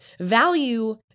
value